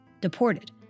deported